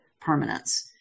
permanence